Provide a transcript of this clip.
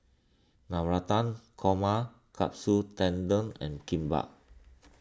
Navratan Korma Katsu Tendon and Kimbap